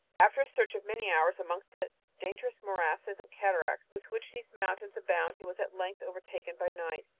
after a search of many hours amongst the dangerous morasses and cataracts with which these mountains abound, he was at length overtaken by night.